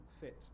fit